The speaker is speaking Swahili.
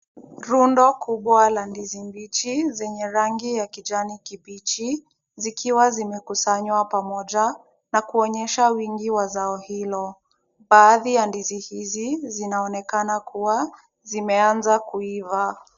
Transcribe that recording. Rundo kubwa la ndizi mbichi zenye rangi ya kijani kibichi zikiwa zimekusanywa pamoja na kuonyesha wingi wa zao hilo. Baadhi ya ndizi hizi zinaonekana kuwa zimeanza kuiva.